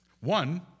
One